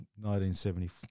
1974